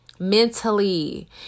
Mentally